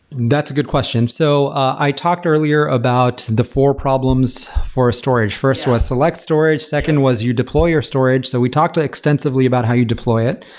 that's a good question. so i talked earlier about the four problems for storage. first was select storage. second was you deploy your storage. so we talked extensively about how you deploy it,